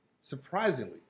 surprisingly